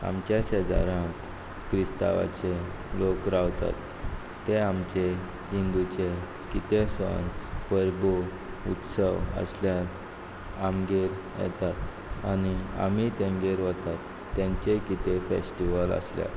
आमच्या शेजाऱ्यांत क्रिस्तांवांचे लोक रावतात ते आमचे हिंदुचे कितें सण परबो उत्सव आसल्यार आमगेर येतात आनी आमी तेंगेर वतात तेंचे कितें फेस्टीव्हल आसल्यार